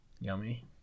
Yummy